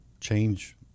change